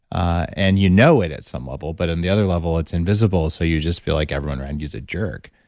ah and you know it as some level, but in the other level, it's invisible. so you just feel like everyone around is a jerk.